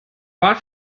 war